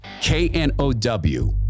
K-N-O-W